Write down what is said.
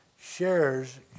shares